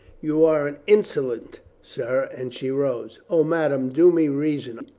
you are an insolent, sir, and she rose. o, madame, do me reason.